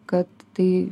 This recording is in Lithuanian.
kad tai